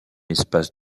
espace